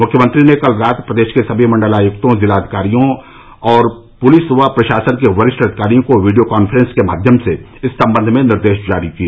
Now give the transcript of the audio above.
मुख्यमंत्री ने कल रात प्रदेश के सभी मण्डलायुक्तों जिलाधिकारियों और पुलिस व प्रशासन के वरिष्ठ अधिकारियों को वीडियो कॉन्फ्रेन्स माध्यम से इस सम्बंध में निर्देश जारी किए